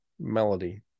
melody